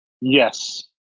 Yes